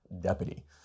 deputy